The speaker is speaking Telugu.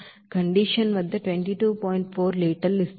4 లీటర్లను ఇస్తుంది